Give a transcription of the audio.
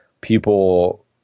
people